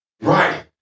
Right